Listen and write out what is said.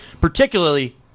particularly